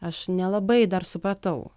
aš nelabai dar supratau